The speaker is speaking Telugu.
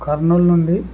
కర్నూల్ నుండి